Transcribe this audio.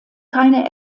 keine